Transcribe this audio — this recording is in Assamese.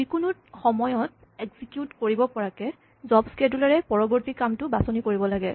যিকোনো সময়ত এক্সিকিউট কৰিব পৰাকে জব ক্সেডোলাৰে পৰবৰ্তী কামটো বাচনি কৰিব লাগে